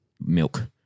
milk